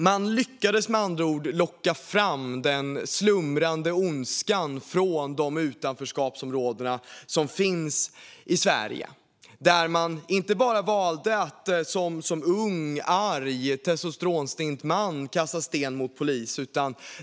Man lyckades med andra ord locka fram den slumrande ondskan i de utanförskapsområden som finns i Sverige. Det var inte bara unga, arga och testosteronstinna män som valde att kasta sten mot polisen.